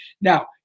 Now